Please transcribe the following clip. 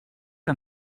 que